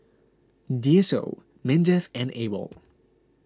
D S O Mindef and Awol